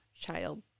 child